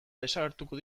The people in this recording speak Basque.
desagertuko